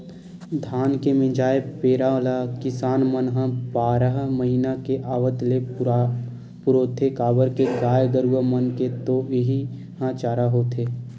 धान के मिंजाय पेरा ल किसान मन ह बारह महिना के आवत ले पुरोथे काबर के गाय गरूवा मन के तो इहीं ह चारा होथे